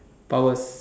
powers